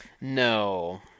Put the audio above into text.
No